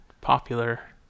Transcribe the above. popular